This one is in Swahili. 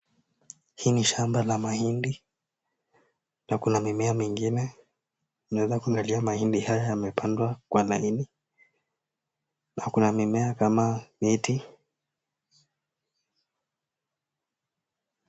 Hii ni shamba la mahindi na kuna mimea mengine. Naeza kuangalia mahindi haya yamepandwa kwa manini na kuna mimea kama miti.